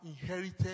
inherited